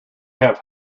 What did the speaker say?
have